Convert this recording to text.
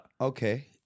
Okay